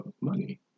money